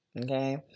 Okay